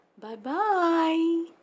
Bye-bye